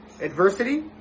adversity